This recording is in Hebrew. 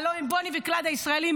הלוא הם בוני וקלייד הישראלים,